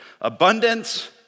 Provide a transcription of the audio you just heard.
abundance